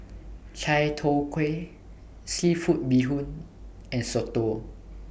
Chai Tow Kuay Seafood Bee Hoon and Soto